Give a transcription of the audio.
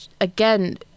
again